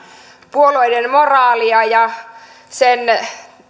puolueiden moraalia ja sen